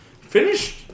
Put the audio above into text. Finished